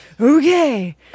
okay